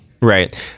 right